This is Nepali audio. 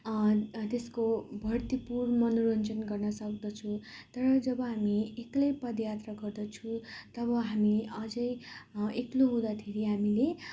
त्यसको भर्तिपूर्ण मनोरञ्जन गर्नसक्दछौँ तर जब हामी एक्लै पदयात्रा गर्दछु तब हामी अझै एक्लो हुँदाखेरि हामीले